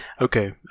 Okay